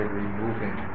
removing